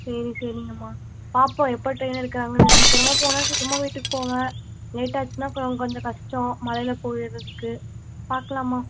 சரி சரிங்கமா பார்ப்போம் எப்போது ட்ரெயின் எடுக்கறாங்கனு சீக்கிரமா போனால் சீக்கிரமா வீட்டுக்கு போவேன் லேட் ஆச்சுன்னால் அப்புறம் கொஞ்சம் கஷ்டம் மழையில் போகறதுக்கு பாக்கலாம்மா